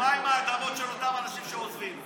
ומה עם האדמות של אותם אנשים שעוזבים?